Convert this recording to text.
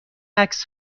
عکس